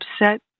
upset